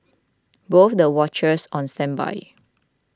both the watchers on standby